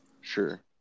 sure